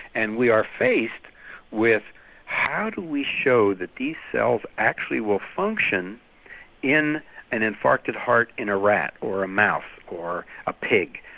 and we are faced with how do we show that these cells actually will function in an infarcted heart in a rat or a mouse or a pig?